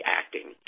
acting